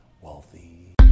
wealthy